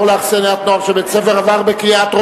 (פטור לאכסניית נוער של בית-ספר שדה),